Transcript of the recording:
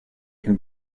can